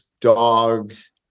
dogs